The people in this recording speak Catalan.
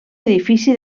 edifici